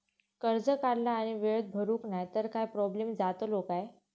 कर्ज काढला आणि वेळेत भरुक नाय तर काय प्रोब्लेम जातलो काय?